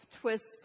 twists